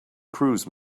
cruise